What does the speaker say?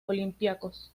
olympiacos